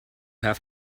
have